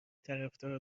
طرفدار